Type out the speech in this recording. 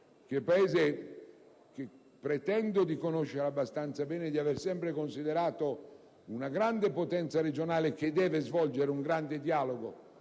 che è Paese che pretendo di conoscere abbastanza bene e che ho sempre considerato una grande potenza regionale, che deve svolgere un grande dialogo